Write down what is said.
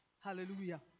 hallelujah